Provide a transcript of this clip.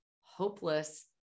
hopeless